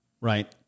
right